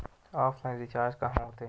Offline recharge कहां होथे?